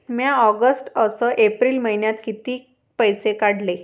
म्या ऑगस्ट अस एप्रिल मइन्यात कितीक पैसे काढले?